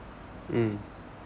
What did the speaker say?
mm